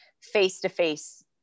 face-to-face